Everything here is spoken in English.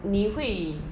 你会